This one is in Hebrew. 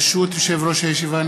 ברשות יושב-ראש הישיבה,